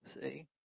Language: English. see